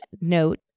note